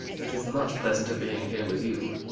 it is much pleasanter being here with you.